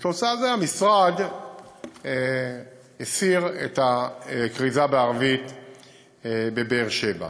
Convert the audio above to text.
וכתוצאה מזה המשרד הסיר את הכריזה בערבית בבאר-שבע.